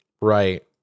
Right